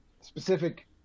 specific